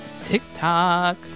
tiktok